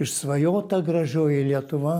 išsvajota gražioji lietuva